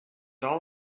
all